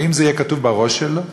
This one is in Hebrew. ואם זה יהיה כתוב בראש שלו,